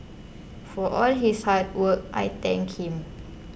for all his hard work I thank him